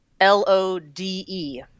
L-o-d-e